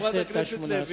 תעלה חברת הכנסת לוי,